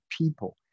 people